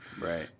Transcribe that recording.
Right